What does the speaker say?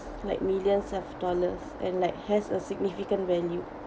like millions of dollars and like has a significant value